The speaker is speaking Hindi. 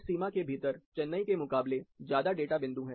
इस सीमा के भीतर चेन्नई के मुकाबले ज्यादा डाटा बिंदु है